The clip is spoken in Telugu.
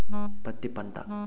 పత్తి పంట